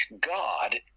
God